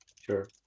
Sure